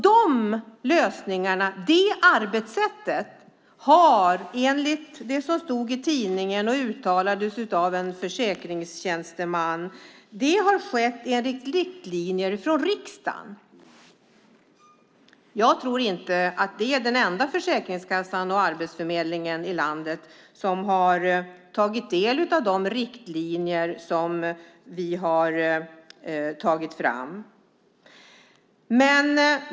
De lösningarna och det arbetssättet är, enligt vad som stod i tidningen och uttalades av en försäkringstjänsteman, i linje med riktlinjer från riksdagen. Jag tror inte att det är den enda försäkringskassan och arbetsförmedlingen i landet som har tagit del av de riktlinjer som vi har tagit fram.